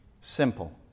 simple